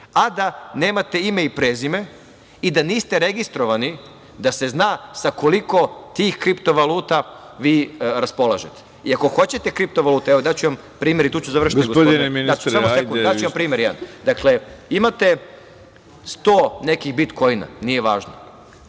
a da nemate ime i prezime i da niste registrovani, pa da se zna sa koliko tih kripto valuta vi raspolažete. Ako hoćete kripto valute, daću vam primer, i tu ću završiti. Dakle, imate 100 nekih bitkoina, nije važno,